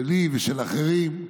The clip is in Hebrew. שלי ושל אחרים,